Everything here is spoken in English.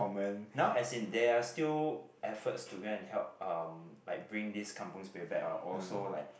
now as in there are still efforts to go and help um like bring this kampung Spirit back ah also like